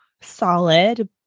solid